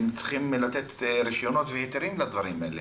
צריכים לתת רישיונות והיתרים לדברים האלה.